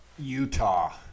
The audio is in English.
Utah